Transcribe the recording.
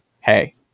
Hey